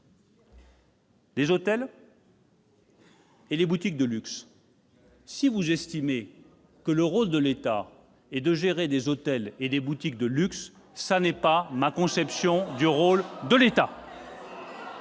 des hôtels et des boutiques de luxe. Si vous estimez que le rôle de l'État est de gérer des hôtels et des boutiques de luxe, telle n'est pas ma conception. Je considère